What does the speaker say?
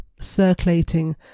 circulating